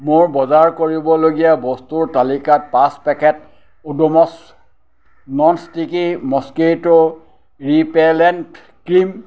মোৰ বজাৰ কৰিবলগীয়া বস্তুৰ তালিকাত পাঁচ packet Odomos non sticky mosquito repellent cream